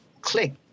click